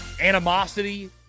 animosity